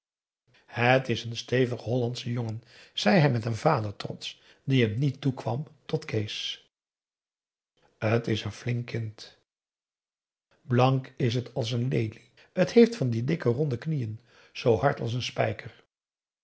het is een stevige hollandsche jongen zei hij met een vadertrots die hem niet toekwam tot kees t is een flink kind blank is het als een lelie t heeft van die dikke ronde knieën zoo hard als n spijker